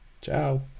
Ciao